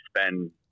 spend